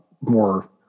more